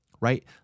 right